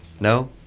No